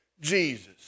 Jesus